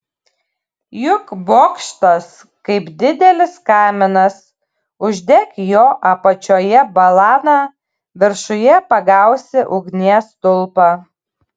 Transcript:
juk bokštas kaip didelis kaminas uždek jo apačioje balaną viršuje pagausi ugnies stulpą